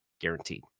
guaranteed